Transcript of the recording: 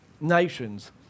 nations